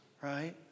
right